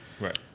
right